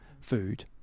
food